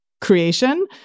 creation